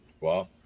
Wow